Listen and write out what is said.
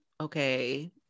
okay